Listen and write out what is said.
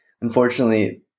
unfortunately